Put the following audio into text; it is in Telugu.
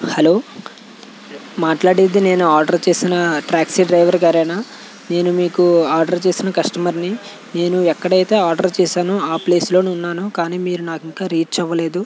హలో మాట్లాడేది నేను ఆర్డర్ చేసిన టాక్సీ డ్రైవర్ గారేనా నేను మీకు ఆర్డర్ చేసిన కస్టమర్ని నేను ఎక్కడైతే ఆర్డర్ చేశానో ఆ ప్లేస్లోనె ఉన్నాను కానీ మీరు నాకు ఇంకా రీచ్ అవ్వలేదు